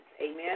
Amen